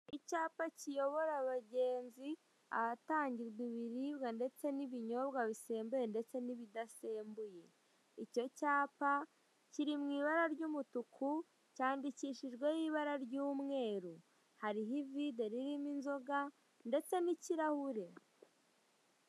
Icyapa kiyobora abagenzi ahatangirwa ibiribwa ndetse n'ibinyobwa bisembuye ndetse n'ibidasembuye, icyo cyapa akiri mu ibara ry'umutuku cyandikishijweho ibara ry'umweru, harimo ivide ririmo inzoga ndetse n'ikirahure.